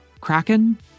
Kraken